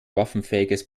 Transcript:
waffenfähiges